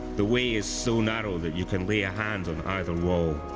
the way is so narrow that you can lay a hand on either wall.